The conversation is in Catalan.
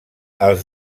els